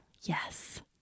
Yes